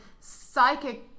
psychic